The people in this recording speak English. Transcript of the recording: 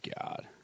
God